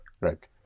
Right